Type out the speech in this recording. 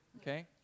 okay